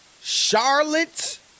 Charlotte